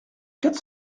quatre